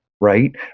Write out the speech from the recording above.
right